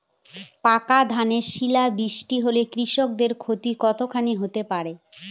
পাকা ধানে শিলা বৃষ্টি হলে কৃষকের ক্ষতি কতখানি হতে পারে?